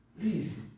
Please